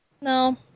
No